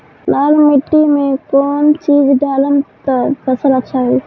लाल माटी मे कौन चिज ढालाम त फासल अच्छा होई?